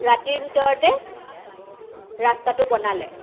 ৰাতিৰ ভিতৰত ৰাস্তাটো বনালে